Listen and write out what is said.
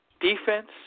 defense